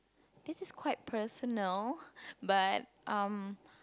this is quite personal but um